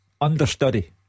understudy